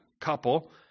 couple